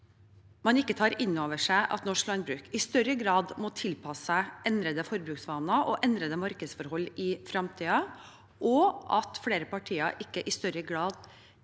man ikke tar inn over seg at norsk landbruk i større grad må tilpasse seg endrede forbruksvaner og endrede markedsforhold i fremtiden, og at flere partier ikke i større grad legger